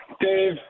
Dave